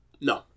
No